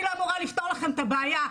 אני לא אמורה לפתור לכם את הבעיה,